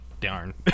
Darn